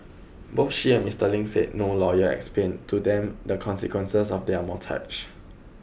both she and Mister Ling said no lawyer explained to them the consequences of their mortgage